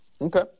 Okay